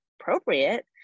appropriate